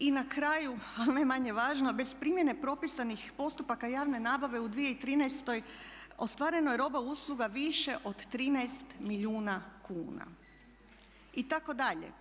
I na kraju, ali ne manje važno, bez primjene propisanih postupaka javne nabave u 2013.ostvareno je roba i usluga više od 13 milijuna kuna itd.